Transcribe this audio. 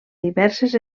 diverses